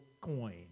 coin